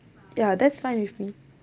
yeah that's fine with me